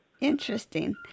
Interesting